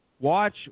Watch